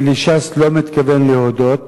אני לש"ס לא מתכוון להודות,